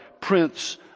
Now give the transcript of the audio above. prince